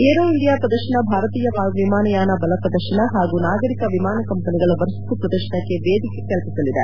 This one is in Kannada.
ಏರೋ ಇಂಡಿಯಾ ಪ್ರದರ್ಶನ ಭಾರತೀಯ ವಿಮಾನಯಾನ ಬಲ ಪ್ರದರ್ಶನ ಹಾಗೂ ನಾಗರಿಕ ವಿಮಾನ ಕಂಪನಿಗಳ ವಸ್ತು ಪ್ರದರ್ಶನಕ್ಕೆ ವೇದಿಕೆ ಕಲ್ಪಿಸಲಿದೆ